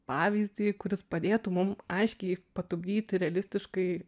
pavyzdį kuris padėtų mum aiškiai patupdyti realistiškai